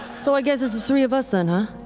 so i guess it's the three of us then, huh?